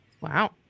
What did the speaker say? wow